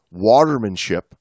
watermanship